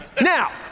Now